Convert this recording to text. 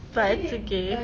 but it's okay